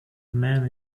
man